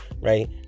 right